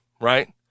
right